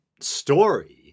story